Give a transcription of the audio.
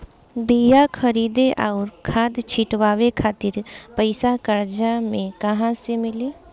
बीया खरीदे आउर खाद छिटवावे खातिर पईसा कर्जा मे कहाँसे मिली?